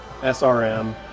SRM